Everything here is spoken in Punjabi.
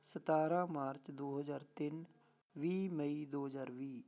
ਸਤਾਰ੍ਹਾਂ ਮਾਰਚ ਦੋ ਹਜ਼ਾਰ ਤਿੰਨ ਵੀਹ ਮਈ ਦੋ ਹਜ਼ਾਰ ਵੀਹ